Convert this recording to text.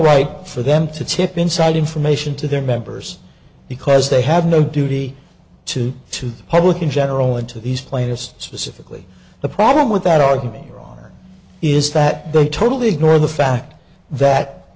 right for them to tip inside information to their members because they have no duty to to the public in general and to these players specifically the problem with that argument wrong is that they totally ignore the fact that